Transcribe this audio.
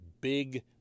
big